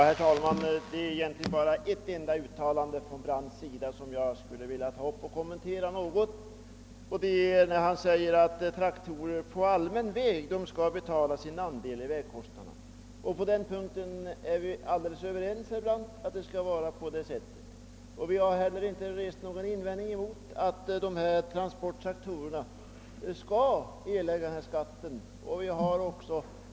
Herr talman! Det är egentligen bara ett enda uttalande av herr Brandt som jag skulle vilja kommentera något. Han säger att traktorer som trafikerar allmän väg skall betala sin andel av vägkostnaderna, och på den punkten är vi alldeles överens. Vi reservanter har inte heller rest någon invändning mot att dessa transporttraktorer skall erlägga skatt.